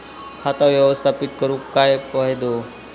खाता व्यवस्थापित करून काय फायदो?